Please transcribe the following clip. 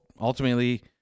ultimately